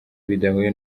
bidahuye